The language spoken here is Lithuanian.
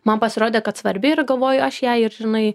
man pasirodė kad svarbi ir galvoju aš ją ir žinai